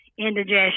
indigestion